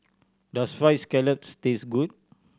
does Fried Scallop taste good